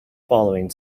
following